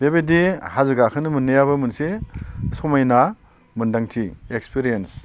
बेबायदि हाजो गाखोनो मोननायाबो मोनसे समायना मोन्दांथि एक्सपेरियेनस